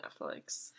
Netflix